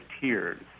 Tears